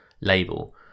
label